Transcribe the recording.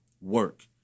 work